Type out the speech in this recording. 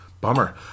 Bummer